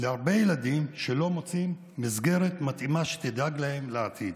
להרבה ילדים שלא מוצאים מסגרת מתאימה שתדאג להם לעתיד.